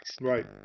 Right